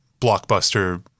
blockbuster